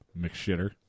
McShitter